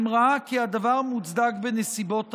אם ראה כי הדבר מוצדק בנסיבות העניין.